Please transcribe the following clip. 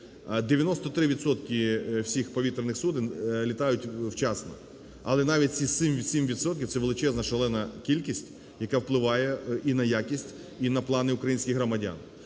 всіх повітряних суден літають вчасно, але навіть ці 7 відсотків – це величезна, шалена кількість, яка впливає і на якість, і на плани українських громадян.